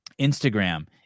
Instagram